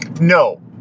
No